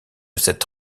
cette